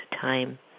time